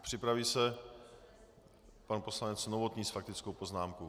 Připraví se pan poslanec Novotný s faktickou poznámkou.